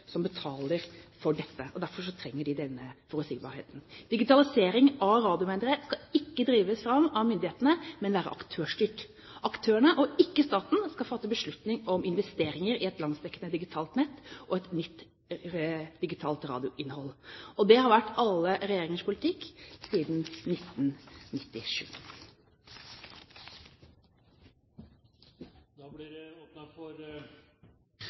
som betaler for dette, og derfor trenger de denne forutsigbarheten. Digitalisering av radiomediet skal ikke drives fram av myndighetene, men være aktørstyrt. Aktørene, og ikke staten, skal fatte beslutning om investeringer i et landsdekkende digitalt nett og et nytt digitalt radioinnhold. Og det har vært alle regjeringers politikk siden 1997. Det blir åpnet for replikkordskifte. Det